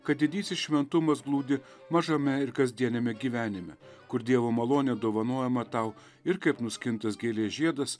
kad didysis šventumas glūdi mažame ir kasdieniame gyvenime kur dievo malonė dovanojama tau ir kaip nuskintas gėlės žiedas